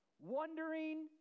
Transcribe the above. wondering